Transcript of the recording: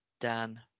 Dan